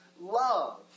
love